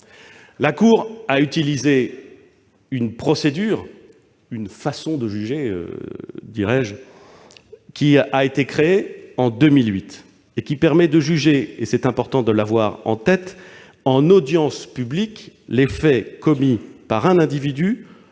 d'appel a utilisé une procédure- une façon de juger, dirai-je -créée en 2008, qui permet de juger- c'est important de l'avoir en tête -en audience publique les faits commis par un individu